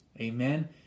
Amen